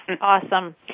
Awesome